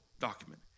document